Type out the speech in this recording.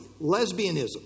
lesbianism